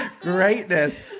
Greatness